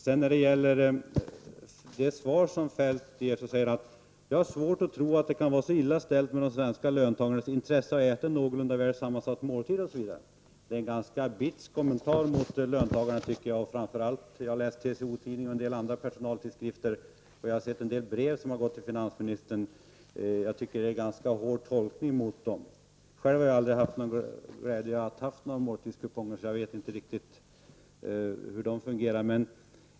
Feldt säger i sitt svar: ”Jag har svårt att tro att det kan vara så illa ställt med de svenska löntagarnas intresse av att äta en någorlunda väl sammansatt måltid under arbetsdagar, att stat och kommun måste i särskild ordning betala arbetsmåltiderna.” Det är en ganska bitsk kommentar till löntagarna, tycker jag. Jag har läst TCO-tidningen och en del andra personaltidskrifter, och jag har sett en del av de brev som har skickats till finansministern. Jag tycker att det är en ganska hård tolkning mot dem. Själv har jag aldrig haft glädjen av att ha några måltidskuponger, så jag vet inte riktigt hur de fungerar.